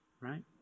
right